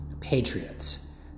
patriots